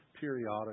periodically